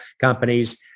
companies